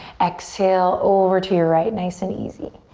exhale over to your right nice and easy.